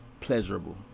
pleasurable